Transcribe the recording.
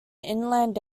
inland